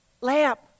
lamp